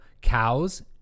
cows